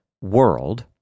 world